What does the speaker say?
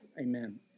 Amen